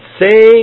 say